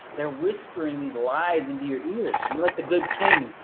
they're whispering these lies into your ears and you're like the good king,